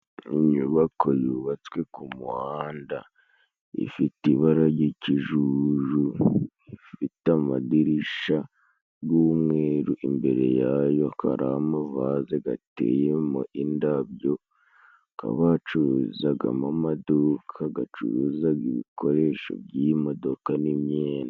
Inyubako yubatswe ku muhanda ifite ibara ry'ikijuju, ifite amadirisha g'umweru. Imbere yayo akaba ari amavaze gateyemo indabyo. Hakaba hacururizagamo amaduka gacuruza ibikoresho by'imodoka n'imyenda.